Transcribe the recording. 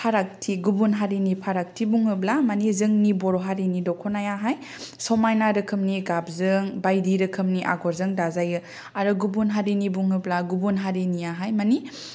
फारागथि गुबुन हारिनि फारागथि बुङोब्ला मानि जोंनि बर' हारिनि दख'नायाहाय समायना रोखोमनि गाबजों बायदि रोखोमनि आग'रजों दाजायो आरो गुबुन हारिनि बुङोब्ला गुबुन हारिनियाहाय मानि